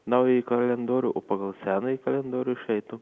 naująjį kalendorių o pagal senąjį kalendorių išeitų